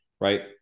right